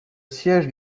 siège